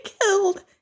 killed